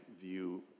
view